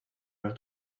los